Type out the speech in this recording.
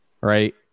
right